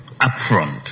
upfront